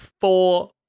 four